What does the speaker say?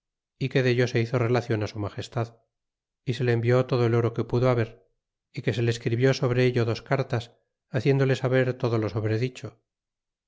y que dello se hizo relacion su magestad y se le envió todo el oro que pudo haber y que se le escribió sobre ello dos cartas haciéndole saber todo lo